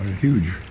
huge